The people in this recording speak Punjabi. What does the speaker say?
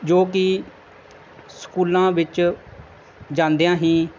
ਜੋ ਕਿ ਸਕੂਲਾਂ ਵਿੱਚ ਜਾਂਦਿਆਂ ਹੀ